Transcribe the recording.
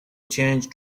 change